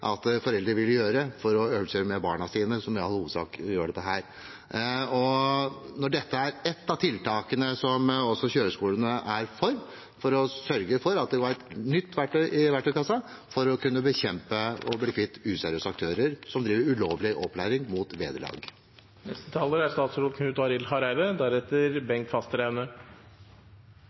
at foreldre vil gjøre for å øvelseskjøre med barna sine, som er de som i all hovedsak gjør dette. Dette er ett av tiltakene som også kjøreskolene er for, for å sørge for at det er et nytt verktøy i verktøykassa for å kunne bekjempe og bli kvitt useriøse aktører som bedriver ulovlig opplæring mot vederlag.